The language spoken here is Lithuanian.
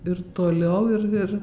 ir toliau ir ir